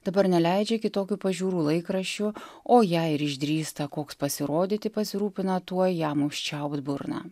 dabar neleidžia kitokių pažiūrų laikraščių o jei ir išdrįsta koks pasirodyti pasirūpina tuoj jam užčiaupt burną